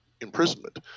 imprisonment